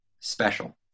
special